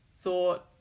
thought